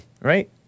right